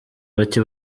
bake